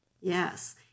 Yes